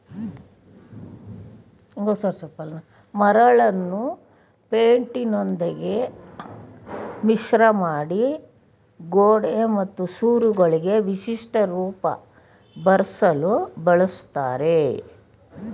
ಮರಳನ್ನು ಪೈಂಟಿನೊಂದಿಗೆ ಮಿಶ್ರಮಾಡಿ ಗೋಡೆ ಮತ್ತು ಸೂರುಗಳಿಗೆ ವಿಶಿಷ್ಟ ರೂಪ ಬರ್ಸಲು ಬಳುಸ್ತರೆ